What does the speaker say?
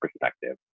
perspective